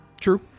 True